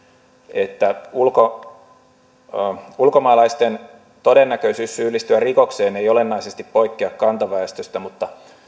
että ulkomaalaisten todennäköisyys syyllistyä rikokseen ei olennaisesti poikkea kantaväestöstä mutta